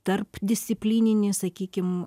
tarpdisciplininį sakykim